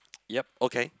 yup okay